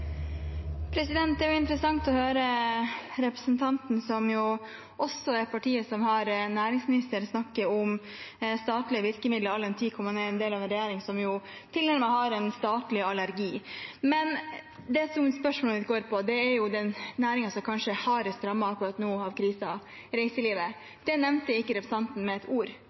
er interessant å høre representanten, hvis parti også har næringsministeren, snakke om statlige virkemidler, all den tid man er en del av en regjering som har en tilnærmet statlig allergi. Det spørsmålet går på, er den næringen som kanskje er hardest rammet akkurat nå av krisen – reiselivet. Det nevnte ikke representanten med ett ord,